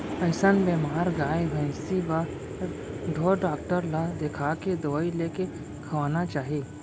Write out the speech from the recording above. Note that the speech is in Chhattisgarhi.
अइसन बेमार गाय भइंसी बर ढोर डॉक्टर ल देखाके दवई लेके खवाना चाही